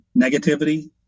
negativity